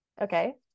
Okay